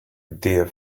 dear